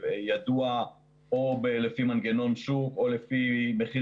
ידוע או לפי מנגנון שוק או לפי מחיר